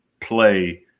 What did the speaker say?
play